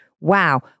Wow